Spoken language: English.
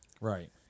Right